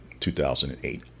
2008